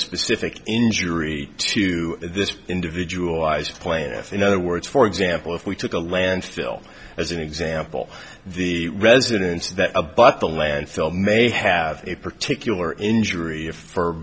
specific injury to this individual wise plaintiff in other words for example if we took a landfill as an example the residence that abut the landfill may have a particular injury or